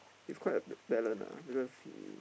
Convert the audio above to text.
he's quite a talent ah because he